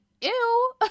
ew